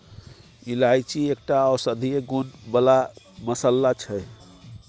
इलायची एकटा औषधीय गुण बला मसल्ला छै